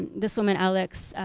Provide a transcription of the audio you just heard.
this woman alex,